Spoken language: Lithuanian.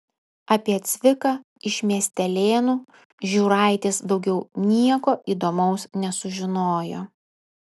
apie cviką iš miestelėnų žiūraitis daugiau nieko įdomaus nesužinojo